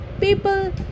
People